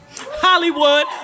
Hollywood